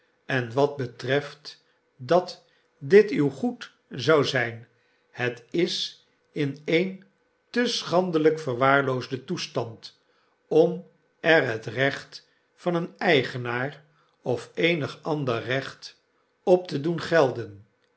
en wat betreft dat dit uw g oed zou zyn het is in een te schandelijk verwaarloosden toestand om er het recht van een eigenaar of eenig ander recht op te doen gelden